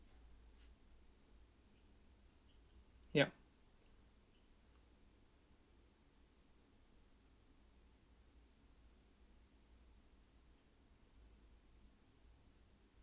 ya